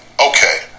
Okay